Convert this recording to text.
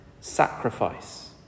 sacrifice